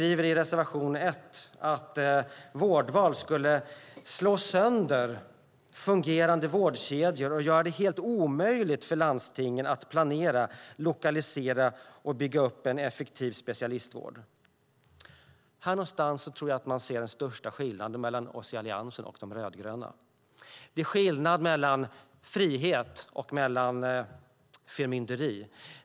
I reservation 1 skriver de att vårdval skulle slå sönder fungerande vårdkedjor och göra det helt omöjligt för landstingen att planera, lokalisera och bygga upp en effektiv specialistvård. Här någonstans tror jag att man ser den största skillnaden mellan oss i Alliansen och de rödgröna. Det är skillnad mellan frihet och förmynderi.